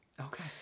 Okay